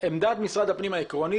עמדת משרד הפנים העקרונית,